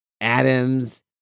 atoms